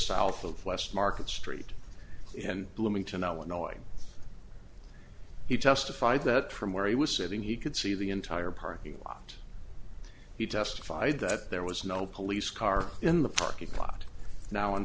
south of west market street in bloomington illinois he testified that from where he was sitting he could see the entire parking lot he testified that there was no police car in the parking lot now on